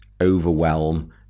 overwhelm